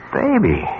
baby